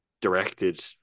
directed